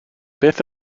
beth